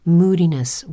moodiness